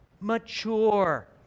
mature